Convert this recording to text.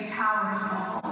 powerful